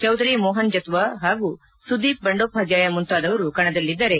ಚೌಧರಿ ಮೋಪನ್ ಜತುವಾ ಹಾಗೂ ಸುದೀಪ್ ಬಂಡೋಪಧ್ಯಾಯ ಮುಂತಾದವರು ಕಣದಲ್ಲಿದ್ದರೆ